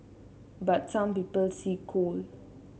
but some people see coal